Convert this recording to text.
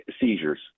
seizures